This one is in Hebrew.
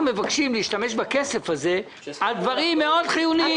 מבקשים להשתמש בכסף הזה לדברים מאוד חיוניים.